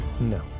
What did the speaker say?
No